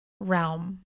realm